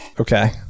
Okay